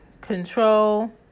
Control